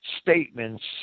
statements